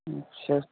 अच्छा